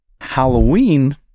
Halloween